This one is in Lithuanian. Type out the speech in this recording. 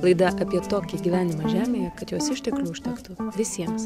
laida apie tokį gyvenimą žemėje kad jos išteklių užtektų visiems